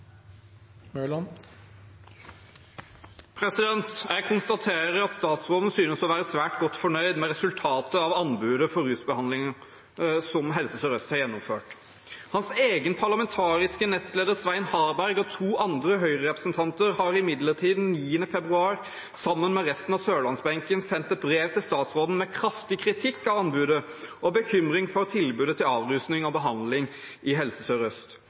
konstaterer at statsråden synes å være svært godt fornøyd med resultatet av anbudet for rusbehandling som Helse Sør-Øst har gjennomført. Hans egen parlamentariske nestleder, Svein Harberg, og to andre Høyre-representanter har imidlertid den 9. februar, sammen med resten av sørlandsbenken, sendt et brev til statsråden med kraftig kritikk av anbudet og med bekymring for tilbudet om avrusning og behandling i Helse